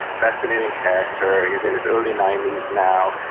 fascinating character. he's in his early ninety s now.